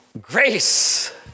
Grace